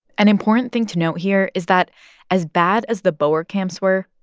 an important thing to note here is that as bad as the boer camps were,